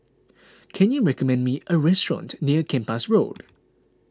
can you recommend me a restaurant near Kempas Road